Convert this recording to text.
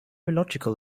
illogical